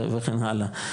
וכן הלאה.